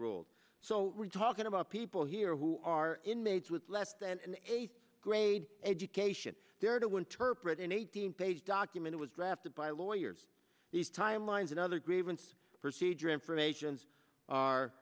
ruled so we're talking about people here who are inmates with less than an eighth grade education there to interpret an eighteen page document was drafted by lawyers these timelines another grievance procedure informations are